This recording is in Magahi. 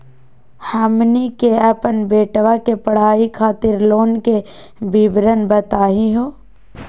हमनी के अपन बेटवा के पढाई खातीर लोन के विवरण बताही हो?